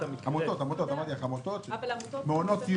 אני מדבר על עמותות, על מעונות יום.